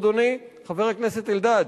אדוני חבר הכנסת אלדד,